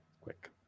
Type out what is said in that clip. Quick